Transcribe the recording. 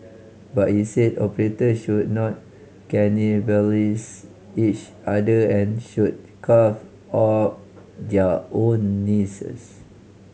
but he said operator should not cannibalise each other and should carve out their own